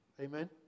Amen